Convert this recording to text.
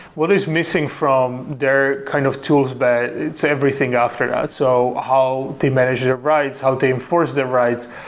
what is missing from their kind of tools but it's everything after that. so how they manage their rights, how they enforce their rights,